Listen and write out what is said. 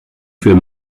für